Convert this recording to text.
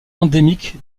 endémique